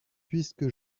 puisque